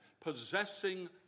possessing